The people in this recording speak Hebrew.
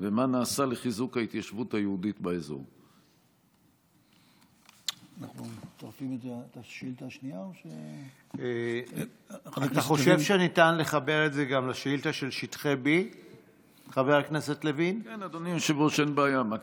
2. מה נעשה לחיזוק ההתיישבות היהודית באזור?